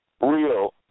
real